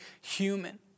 human